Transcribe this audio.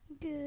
good